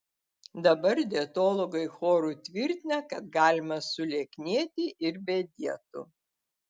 dabar dietologai choru tvirtina kad galima sulieknėti ir be dietų